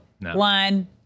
one